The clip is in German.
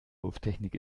wurftechnik